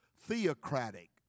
Theocratic